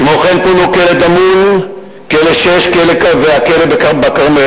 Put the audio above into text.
כמו כן פונו כלא "דמון", כלא 6 והכלא "כרמל".